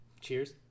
Cheers